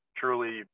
truly